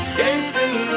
Skating